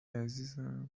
عزیزم